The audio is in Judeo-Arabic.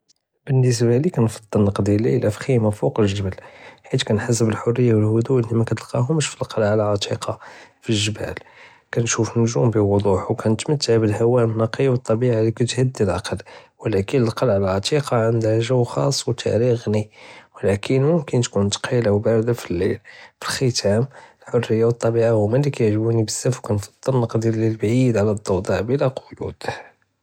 באלנسبة לי כנפעל נקדי לילא פח'ימה פווק אלג'בל. חית כנחס בלהריה ואלهدוא אללי מתלקאהמש פי אלקלעה אלעתיקה. פג'בל כנשוף אלנג'ום בבודוח וכנמתע בלהווא אלנקי ואלטביעה אללי כתהדי אלעקל. ולקין אלקלעה אלעתיקה ענדה ג'ו חאס ותאריח ג'ני, ולקין מוכנ תכון ת'קילה וברת פי אללייל. פלקתאם, אלהריה ואלטביעה הומא אללי כיעג'בוני בזאף וכנפעל נקדי אללייל בעיד עלא אלדוד'א ואלברד.